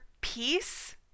peace